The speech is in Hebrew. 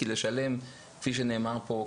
כי כפי שנאמר פה,